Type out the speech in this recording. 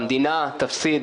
המדינה תפסיד,